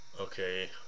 okay